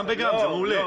זה מעולה.